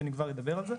שאני כבר אדבר על זה.